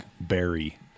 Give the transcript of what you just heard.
Barry